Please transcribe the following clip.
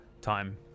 time